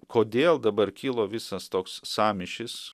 kodėl dabar kilo visas toks sąmyšis